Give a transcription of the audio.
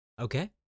Okay